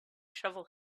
shovel